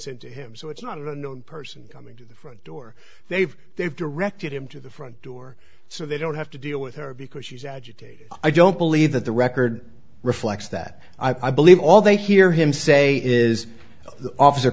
into him so it's not an unknown person coming to the front door they've they've directed him to the front door so they don't have to deal with her because she's agitated i don't believe that the record reflects that i believe all they hear him say is the officer